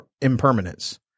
impermanence